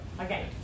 Okay